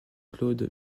claude